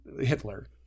Hitler